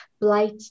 blight